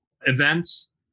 events